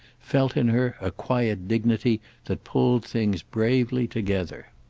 felt in her a quiet dignity that pulled things bravely together.